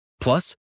Plus